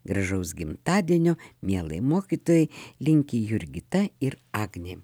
gražaus gimtadienio mielai mokytojai linki jurgita ir agnė